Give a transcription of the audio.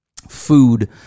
food